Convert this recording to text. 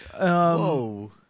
Whoa